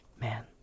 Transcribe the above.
Man